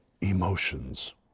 emotions